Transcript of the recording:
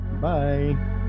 Bye